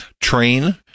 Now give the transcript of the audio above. train